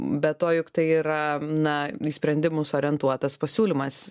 be to juk tai yra na į sprendimus orientuotas pasiūlymas